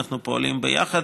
אנחנו פועלים ביחד,